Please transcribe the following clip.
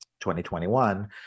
2021